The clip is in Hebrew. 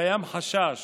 קיים חשש